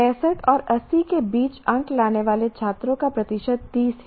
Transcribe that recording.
65 और 80 के बीच अंक लाने वाले छात्रों का प्रतिशत 30 है